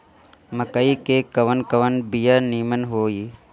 मकई के कवन कवन बिया नीमन होई?